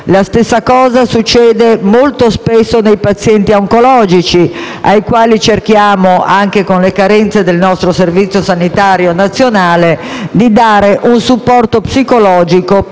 ai quali cerchiamo - pur con le carenze del nostro Servizio sanitario nazionale - di dare un supporto psicologico per poter superare o vivere al meglio